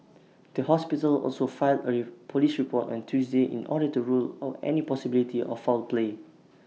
the hospital also filed A Police report on Tuesday in order to rule out any possibility of foul play